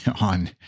on